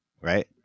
Right